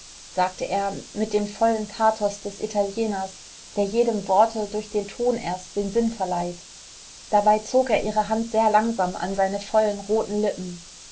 sagte er mit dem vollen pathos des italieners der jedem worte durch den ton erst den sinn verleiht dabei zog er ihre hand sehr langsam an seine vollen roten lippen